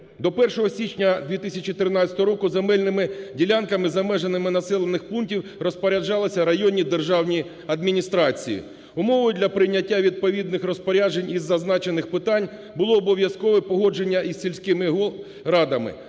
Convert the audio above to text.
До 1 січня 2013 року земельними ділянками за межами населених пунктів розпоряджалися районні державні адміністрації. Умовою для прийняття відповідних розпоряджень із зазначених питань було обов'язкове погодження із сільськими радами.